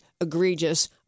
egregious